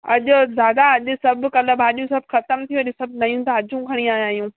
अॼु दादा अॼु सभु कल्ह भाॼियूं सभु ख़तमु थियूं अॼु सभु नयूं ताज़ियूं खणी आया आहियूं